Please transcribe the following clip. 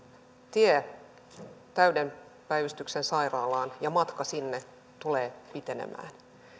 tie täyden päivystyksen sairaalaan ja matka sinne tulevat pitenemään